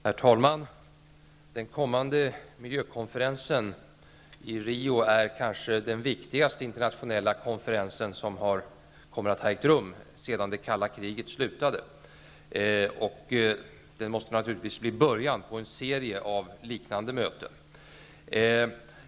Herr talman! Den kommande miljökonferensen i Rio är kanske den viktigaste internationella konferens som kommer att ha ägt rum sedan det kalla kriget slutade, och den måste naturligtvis bli början på en serie av liknande möten.